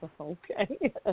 Okay